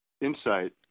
insight